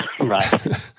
Right